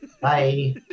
Bye